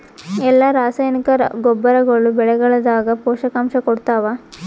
ಎಲ್ಲಾ ರಾಸಾಯನಿಕ ಗೊಬ್ಬರಗೊಳ್ಳು ಬೆಳೆಗಳದಾಗ ಪೋಷಕಾಂಶ ಕೊಡತಾವ?